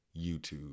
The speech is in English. YouTube